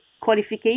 qualification